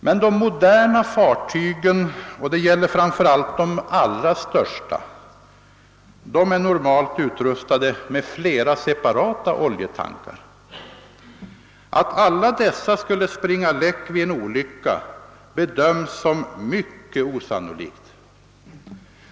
Men de moderna fartygen — och det gäller framför allt de allra största — är normalt utrustade med flera separata oljetankar. Att alla dessa skulle springa läck vid en olycka bedöms som mycket osannolikt.